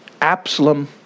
Absalom